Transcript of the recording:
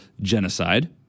genocide